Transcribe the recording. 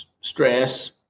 stress